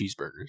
cheeseburgers